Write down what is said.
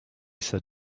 said